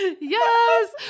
Yes